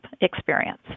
experience